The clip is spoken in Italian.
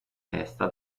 testa